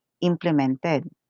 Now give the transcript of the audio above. implemented